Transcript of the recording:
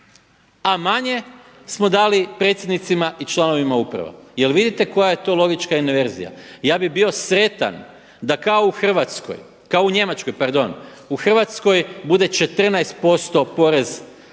a manje smo dali predsjednicima i članovima uprava. Je li vidite koja je to logička inverzija. Ja bih bio sretan da kao u Njemačkoj u Hrvatskoj bude 14% porez na